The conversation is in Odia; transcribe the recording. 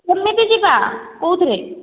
କେମିତି ଯିବା କେଉଁଥିରେ